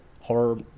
horror